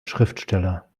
schriftsteller